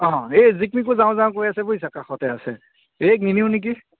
অ' এই জিকমিকো যাওঁ যাওঁ কৈ আছে বুজিছা কাষতে আছে এইক নিনিও নেকি